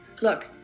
look